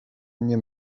mnie